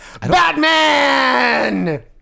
Batman